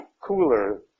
cooler